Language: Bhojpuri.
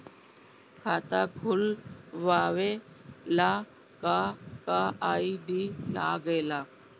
खाता खोलवावे ला का का आई.डी लागेला?